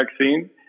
vaccine